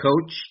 coach